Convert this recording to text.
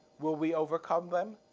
will we overcome them?